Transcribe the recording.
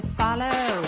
follow